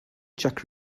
czech